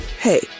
Hey